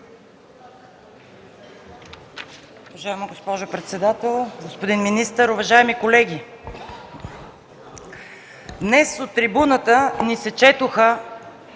добре.